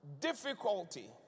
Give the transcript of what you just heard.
difficulty